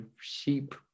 sheep